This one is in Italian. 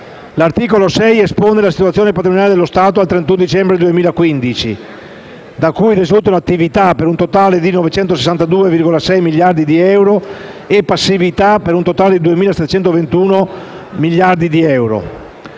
L'articolo 6 espone la situazione patrimoniale dello Stato al 31 dicembre 2015, da cui risultano attività per un totale di 962,6 miliardi di euro e passività per un totale di 2.721 miliardi di euro.